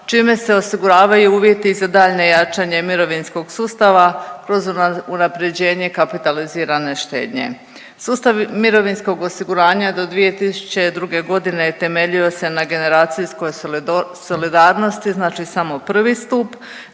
čime se osiguravaju uvjeti za daljnje jačanje mirovinskog sustava kroz unaprjeđenje kapitalizirane štednje. Sustav mirovinskog osiguranja do 2002. g. temeljio se na generacijskoj solidarnosti, znači samo I. stup,